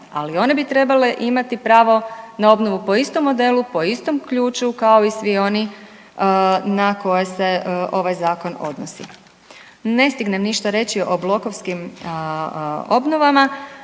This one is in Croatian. ali i one bi trebale imati pravo na obnovu po istom modelu, po istom ključu kao i svi oni na koje se ovaj zakon odnosi. Ne stignem ništa reći o blokovskim obnovama,